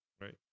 right